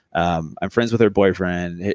um i'm friends with her boyfriend,